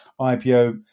IPO